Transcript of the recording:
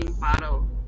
bottle